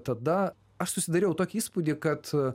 tada aš susidariau tokį įspūdį kad